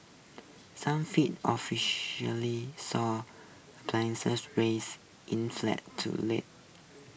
some fed officially saw risk inflate to lag